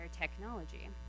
technology